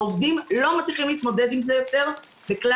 העובדים לא מצליחים להתמודד עם זה יותר בכלל